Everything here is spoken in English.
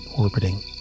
orbiting